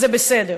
זה בסדר,